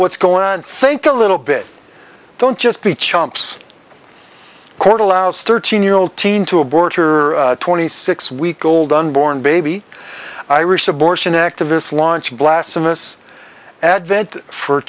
what's going on think a little bit don't just be chumps court allows thirteen year old teen to abort or twenty six week old unborn baby iris abortion activists launch blasphemous advent for